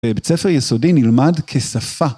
בבית ספר יסודי נלמד כשפה.